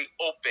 open